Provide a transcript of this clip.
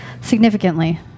significantly